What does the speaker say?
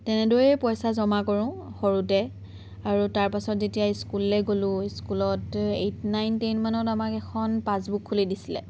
তেনেদৰেই পইচা জমা কৰোঁ সৰুতে আৰু তাৰ পাছত যেতিয়া স্কুললৈ গ'লোঁ স্কুলত এইট নাইন টেনমানত আমাক এখন পাছবুক খুলি দিছিলে